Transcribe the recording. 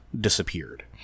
disappeared